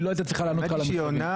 ואז נסתחפה שדהו אז לא עשיתם כלום.